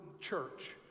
church